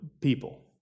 people